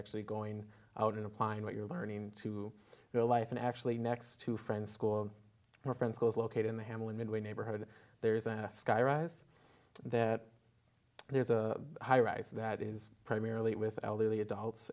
actually going out and applying what you're learning to your life and actually next to friends school or friends schools located in the family midway neighborhood there's a sky rise that there's a high rise that is primarily with elderly adults